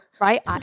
Right